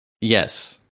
Yes